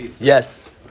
yes